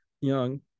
Young